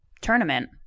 tournament